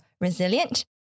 resilient